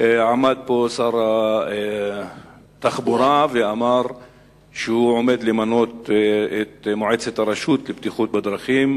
עמד פה שר התחבורה ואמר שהוא עומד למנות את מועצת הרשות לבטיחות בדרכים.